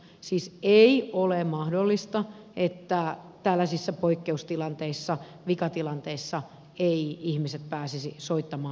siis ei ole mahdollista että tällaisissa poikkeustilanteissa vikatilanteissa eivät ihmiset pääsisi soittamaan